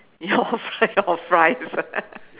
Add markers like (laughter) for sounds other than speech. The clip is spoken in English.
your fri~ your fries (laughs)